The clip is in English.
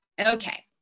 okay